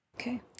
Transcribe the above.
Okay